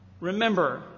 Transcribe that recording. remember